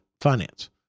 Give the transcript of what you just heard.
finance